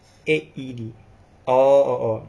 A_E_D orh